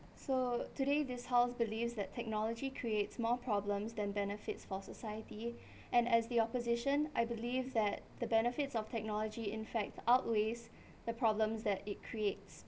so today this house believes that technology creates more problems than benefits for society and as the opposition I believe that the benefits of technology in fact outweighs the problems that it creates